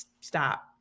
stop